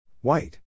White